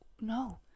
No